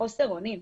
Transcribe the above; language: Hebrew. חוסר אונים.